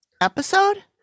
episode